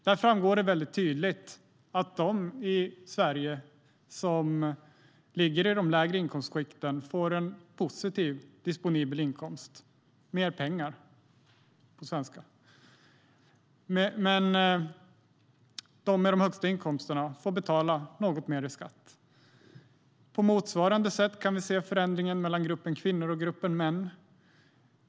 Där framgår tydligt att de i Sverige som ligger i de lägre inkomstskikten får en positiv disponibel inkomst, mer pengar alltså, medan de med de högsta inkomsterna får betala något mer i skatt. På motsvarande sätt kan vi se förändringen mellan gruppen kvinnor och gruppen män.